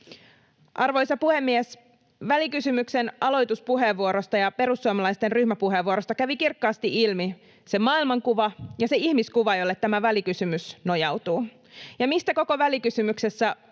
Arvoisa puhemies! Välikysymyksen aloituspuheenvuorosta ja perussuomalaisten ryhmäpuheenvuorosta kävi kirkkaasti ilmi se maailmankuva ja se ihmiskuva, jolle tämä välikysymys nojautuu. Ja mistä koko välikysymyksessä